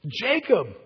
Jacob